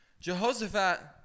Jehoshaphat